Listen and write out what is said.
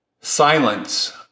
Silence